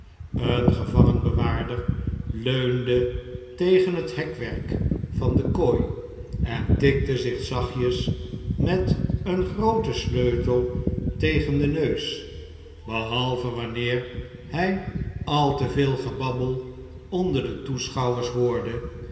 een gevangenbewaarder leunde tegen het hekwerk van de kooi en tikte zich zachtjes met een grooten sleutel tegen den neus behalve wanneer hij al te veel gebabbel onder de toeschouwers hoorde